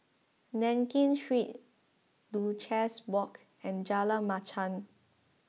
Nankin Street Duchess Walk and Jalan Machang